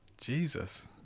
Jesus